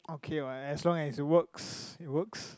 okay what as long as it works it works